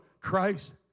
Christ